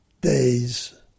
days